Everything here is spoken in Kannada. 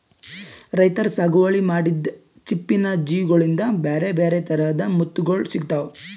ರೈತರ್ ಸಾಗುವಳಿ ಮಾಡಿದ್ದ್ ಚಿಪ್ಪಿನ್ ಜೀವಿಗೋಳಿಂದ ಬ್ಯಾರೆ ಬ್ಯಾರೆ ಥರದ್ ಮುತ್ತುಗೋಳ್ ಸಿಕ್ತಾವ